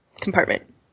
compartment